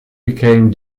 became